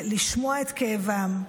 לשמוע את כאבם,